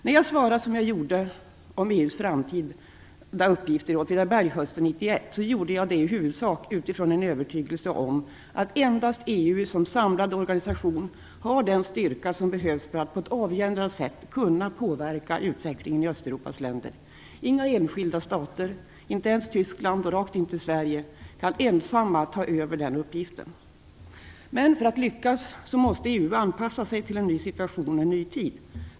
När jag svarade som jag gjorde om EU:s framtida uppgifter, i Åtvidaberg hösten 1991, så gjorde jag det i huvudsak utifrån en övertygelse om att endast EU som samlad organisation har den styrka som behövs för att på ett avgörande sätt kunna påverka utvecklingen i Östeuropas länder. Inga enskilda stater, inte ens Tyskland och rakt inte Sverige, kan ensamma ta över den uppgiften. Men för att lyckas måste EU anpassa sig till en ny situation och en ny tid.